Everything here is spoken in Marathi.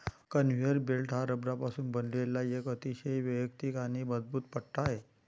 कन्व्हेयर बेल्ट हा रबरापासून बनवलेला एक अतिशय वैयक्तिक आणि मजबूत पट्टा आहे